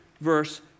verse